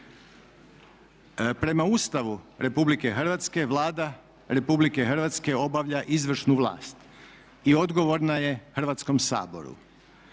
Prema Ustavu Republike Hrvatske Vlada Republike Hrvatske obavlja izvršnu vlast i odgovorna je Hrvatskom saboru.